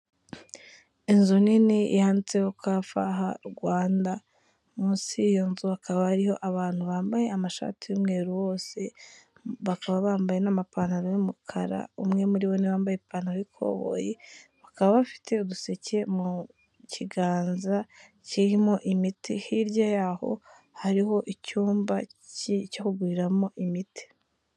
Inzu nini yanditseho kafaha Rwanda, munsi y'iyo nzu hakaba hariho abantu bambaye amashati y'umweru bose, bakaba bambaye n'amapantaro y'umukara, umwe muri bo ni we wambaye ipantaro y'ikoboyi, bakaba bafite uduseke mu kiganza kirimo imiti, hirya yaho hariho icyumba cyo kuguriramo imiti.